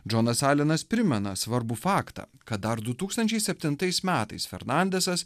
džonas alenas primena svarbų faktą kad dar du tūkstančiai septintais metais fernandas